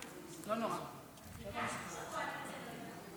עלה לפה לפני כמה דקות חבר הכנסת אלעזר